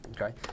Okay